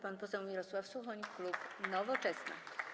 Pan poseł Mirosław Suchoń, klub Nowoczesna.